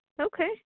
Okay